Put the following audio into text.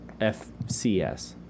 FCS